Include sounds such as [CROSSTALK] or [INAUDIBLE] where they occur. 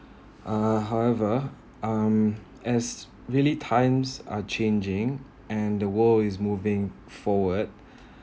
uh however um as really times are changing and the world is moving forward [BREATH]